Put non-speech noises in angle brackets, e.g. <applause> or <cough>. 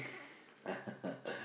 <laughs>